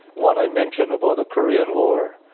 one i mentioned about the korean war,